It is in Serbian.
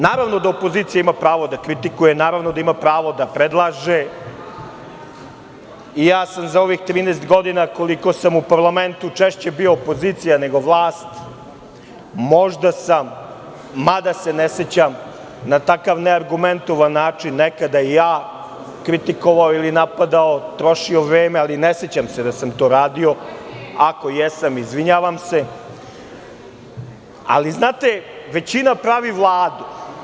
Naravno, da opozicija ima pravo da kritikuje, da predlaže i ja sam za ovih 13 godina, koliko sam u parlamentu, češće bio opozicija nego vlast, možda sam, mada se ne sećam, na takav neargumentovan način nekada i ja kritikovao, napadao, trošio vreme, ali se ne sećam da sam to radio, a ako jesam, izvinjavam se, ali znate, većina pravi Vladu.